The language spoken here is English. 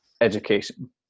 education